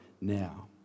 now